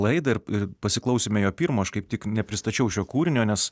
laidą ir pasiklausėme jo pirmo aš kaip tik nepristačiau šio kūrinio nes